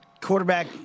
quarterback